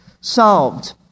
solved